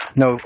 no